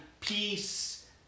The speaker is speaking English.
peace